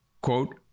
quote